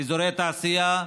אזורי תעשייה,